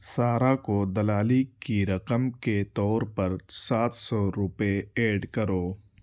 سارہ کو دلالی کی رقم کے طور پر سات سو روپئے ایڈ کرو